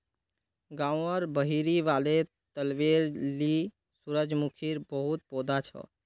गांउर बहिरी वाले तलबेर ली सूरजमुखीर बहुत पौधा छ